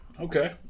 okay